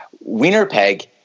Winnipeg